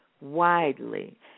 widely